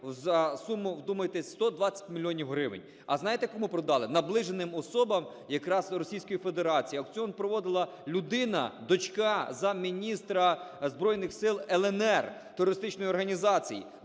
за суму – вдумайтесь! – 120 мільйонів гривень. А знаєте, кому продали? Наближеним особам якраз Російської Федерації. Аукціон проводила людина, дочка замміністра збройних сил "ЛНР" – терористичної організації.